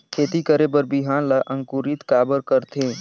खेती करे बर बिहान ला अंकुरित काबर करथे?